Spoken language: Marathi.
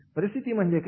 परिस्थिती म्हणजे काय